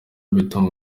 bituma